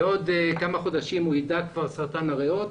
בעוד כמה חודשים הוא ידע כבר על סרטן הריאות